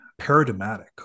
paradigmatic